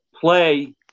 play